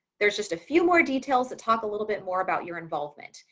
there's just a few more details that talk a little bit more about your involvement.